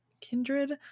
Kindred